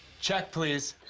check, please.